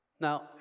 Now